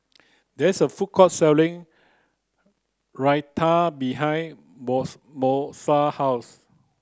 there is a food court selling Raita behind Moesha house